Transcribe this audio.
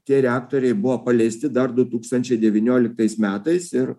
tie reaktoriai buvo paleisti dar du tūkstančiai devynioliktais metais ir